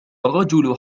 الرجل